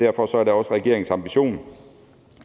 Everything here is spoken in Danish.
Derfor er det også regeringens ambition,